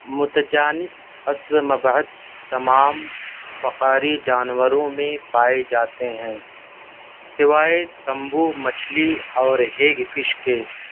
متجانس عصب مبعد تمام فقاری جانوروں میں پائے جاتے ہیں سوائے تنبو مچھلی اور ہیگ فش کے